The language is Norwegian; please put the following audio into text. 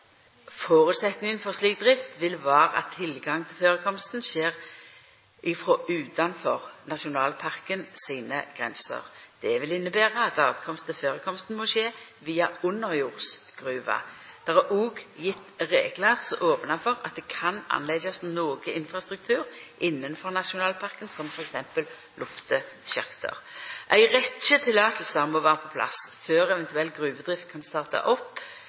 for slik drift vil vera at tilgang til førekomsten skjer frå utanfor nasjonalparken sine grenser. Det vil innebera at tilgang til førekomsten må skje via underjordsgruve. Det er òg gjeve reglar som opnar for at det kan byggjast noko infrastruktur innafor nasjonalparken, som f.eks. luftesjakter. Ei rekkje tillatingar må vera på plass før eventuell gruvedrift kan starta opp.